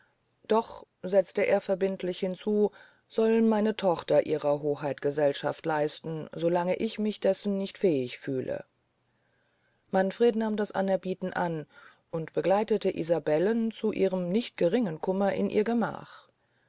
doch setzt er verbindlich hinzu soll meine tochter ihrer hoheit gesellschaft leisten so lange ich mich dessen nicht fähig fühle manfred nahm das anerbieten an und begleitete isabellen zu ihrem nicht geringen kummer in ihr gemach